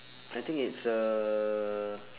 I think it's a